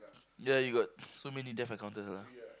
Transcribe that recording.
there you got so many death encounters ah